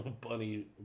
bunny